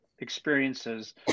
experiences